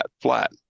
flat